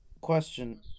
question